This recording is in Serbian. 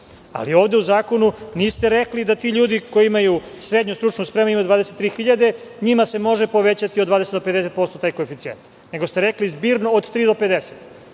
ovde u zakonu niste rekli da ti ljudi koji imaju srednju stručnu spremu imaju 23 hiljade, njima se može povećati od 20 do 50% taj koeficijent, nego ste rekli - zbirno od 3% do 50%.